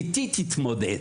איתי תתמודד.